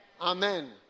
Amen